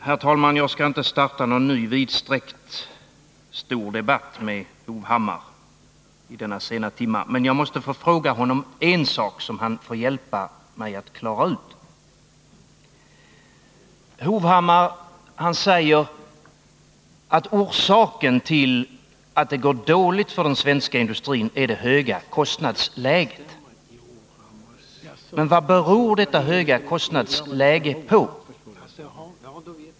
Herr talman! Jag skall inte starta någon ny lång debatt med Erik Hovhammar vid denna sena timme, men jag måste få fråga honom en sak som han får hjälpa mig att klara ut. Erik Hovhammar säger att orsaken till att det går dåligt för den svenska industrin är det höga kostnadsläget. Men vad beror detta höga kostnadsläge på?